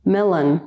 Melon